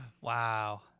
Wow